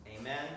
Amen